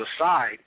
aside